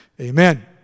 Amen